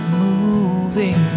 moving